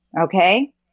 okay